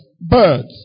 Birds